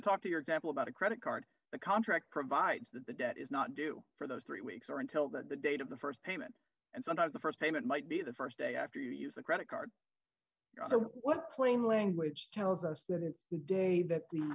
talk to your example about a credit card the contract provides that the debt is not due for those three weeks or until that the date of the st payment and sometimes the st payment might be the st day after you use the credit card what plain language tells us that if the day that the